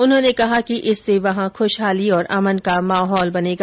उन्होंने कहा कि इससे वहां ख्शहाली और अमन का माहौल बनेगा